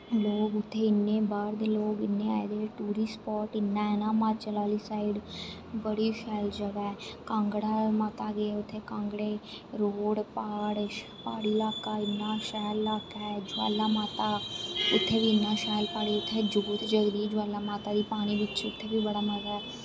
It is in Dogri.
लोग उत्थें इन्ने बाह्र दे लोग इन्ने आए दे हे टूरिस्ट स्पाट इन्ना ऐ ना हिमाचल आह्ली साईड बड़ी शैल जगह् ऐ कांगड़ा माता गे उत्थें कागड़े रोड़ प्हाड़ प्हाड़ी इलाका इन्ना शैल इलाका ऐ ज्वाला माता उत्थें बी इन्ना शैल प्हाड़ी उत्थें जोत जगदी जवाला माता दे पानी बिच्च उत्थें बी बड़ा मजा